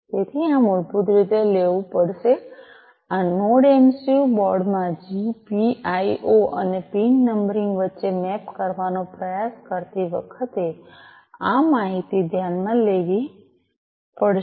તેથી આ મૂળભૂત રીતે લેવું પડશે આ નોડ એમસિયુ બોર્ડમાં જીપીઆઇ અને પિન નંબરિંગ વચ્ચે મેપ કરવાનો પ્રયાસ કરતી વખતે આ માહિતી ધ્યાનમાં લેવી પડશે